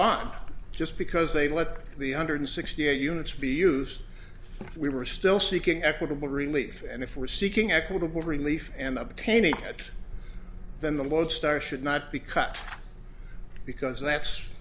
on just because they let the hundred sixty eight units be used if we were still seeking equitable relief and if we're seeking equitable relief and obtaining it then the lodestar should not be cut because that's